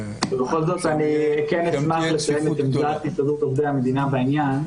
ובכל זאת אני אשמח לציין את עמדת הסתדרות עובדי המדינה בעניין.